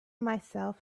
myself